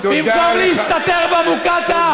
במקום להסתתר במוקטעה,